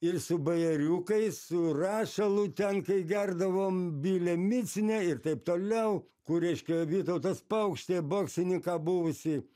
ir su bajeriukais su rašalu ten kai gerdavom bilemicinę ir taip toliau kur reiškia vytautas paukštė boksininką buvusį